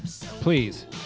please